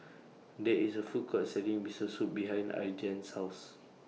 There IS A Food Court Selling Miso Soup behind Aydan's House